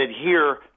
adhere